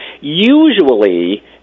Usually